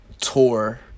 tour